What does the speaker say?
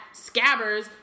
scabbers